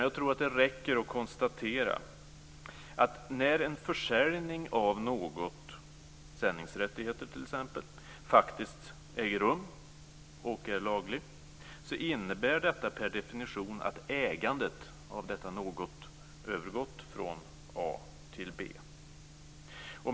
Jag tror att det räcker att konstatera att när en försäljning av något, t.ex. sändningsrättigheter, faktiskt äger rum och är laglig, innebär detta per definition att ägandet av detta något har övergått från A till B.